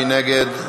מי נגד?